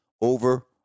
over